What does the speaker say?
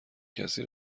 کسی